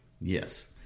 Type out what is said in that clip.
Yes